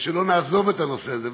ושלא נעזוב את הנושא הזה,